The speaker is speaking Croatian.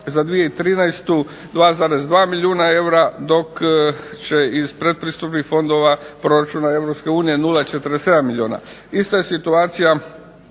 Za 2013. 2,2, milijuna eura, dok će iz pretpristupnih fondova proračuna EU 0,47 milijuna.